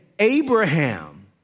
Abraham